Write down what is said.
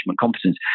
competence